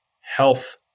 health